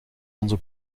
onze